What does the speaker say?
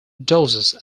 doses